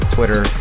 Twitter